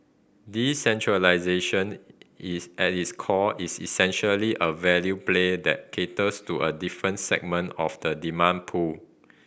decentralisation is at is core is essentially a value play that caters to a different segment of the demand pool